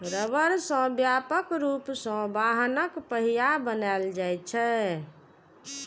रबड़ सं व्यापक रूप सं वाहनक पहिया बनाएल जाइ छै